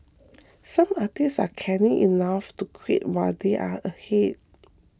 some artists are canny enough to quit while they are ahead